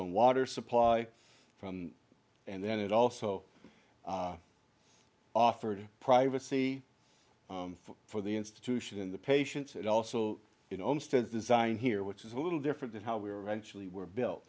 own water supply from and then it also offered privacy for the institution and the patients and also you know instance design here which is a little different than how we were eventually were built